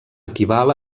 equival